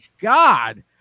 God